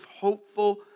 hopeful